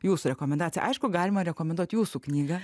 jūsų rekomendacija aišku galima rekomenduot jūsų knygą